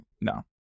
no